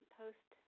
post